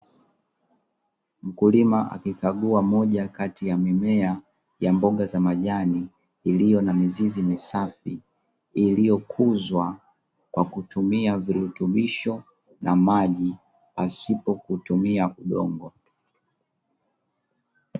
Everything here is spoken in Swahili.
Mashine za kisasa zinatumia teknolojia ya kujiendesha yenyewe, yakiwa yanasimamia ulimaji wa rangi ya kijani, yakipima hali ya joto au mwanga pamoja na dawa na kunyunyiza maji.